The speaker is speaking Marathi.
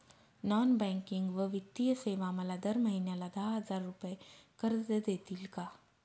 नॉन बँकिंग व वित्तीय सेवा मला दर महिन्याला दहा हजार रुपये कर्ज देतील का?